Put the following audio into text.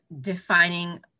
defining